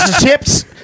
Chips